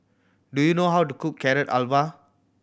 do you know how to cook Carrot Halwa